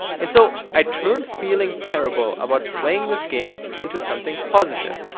and so i turned feeling terrible about playing this game into something positive.